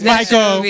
Michael